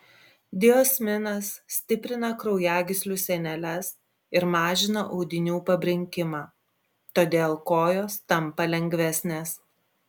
diosminas stiprina kraujagyslių sieneles ir mažina audinių pabrinkimą todėl kojos tampa lengvesnės